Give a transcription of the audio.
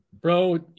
Bro